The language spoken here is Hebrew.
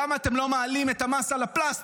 למה אתם לא מעלים את המס על הפלסטיק?